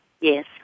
Yes